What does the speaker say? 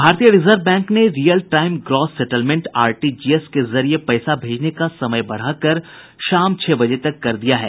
भारतीय reserve bank ने real time gross settlement RTGS के जरिए पैसा भेजने का समय बढ़ाकर शाम छह बजे तक कर दिया है